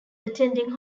attending